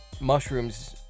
mushrooms